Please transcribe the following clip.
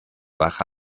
baja